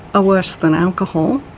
worse than alcohol